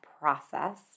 process